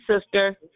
sister